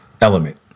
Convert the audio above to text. element